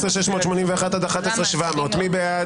11,681 עד 11,700, מי בעד?